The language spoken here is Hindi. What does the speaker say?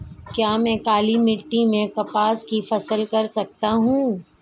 क्या मैं काली मिट्टी में कपास की फसल कर सकता हूँ?